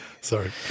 Sorry